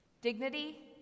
Dignity